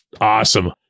awesome